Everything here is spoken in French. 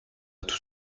tout